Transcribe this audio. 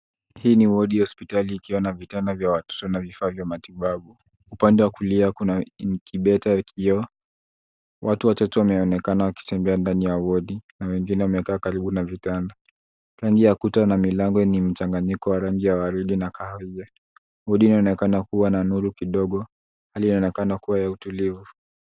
Hii ni wodi ya hospitali ikwia na vitanda vya watoto na vifaa vya matibabu. Upande wa kulia kuna incubator ikiwa. Watu watatu wameonekana wakitembea ndani ya wodi, na wengine wamekaa karibu na vitanda. Rangi ya kuta na milango ni mchanganyiko wa rangi ya waridi na kahawia. Wodi inaonekana kuwa na nuru kidogo, hali inaonekana kuwa ya utulivu.